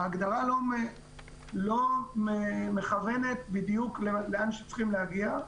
ההגדרה לא מכוונת בדיוק לאן שצריכים להגיע,